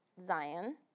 Zion